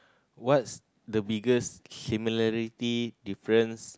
what's the biggest similarity difference